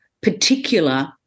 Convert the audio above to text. particular